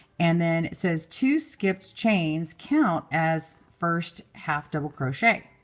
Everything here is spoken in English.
and then it says two skipped chains count as first half double crochet.